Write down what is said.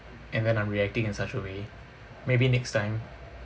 and when I'm reacting in such a way maybe next time